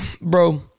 bro